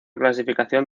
clasificación